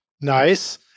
Nice